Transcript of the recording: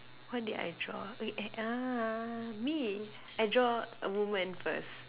what did I draw ah wait I uh me I draw a woman first